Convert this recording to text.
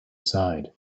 side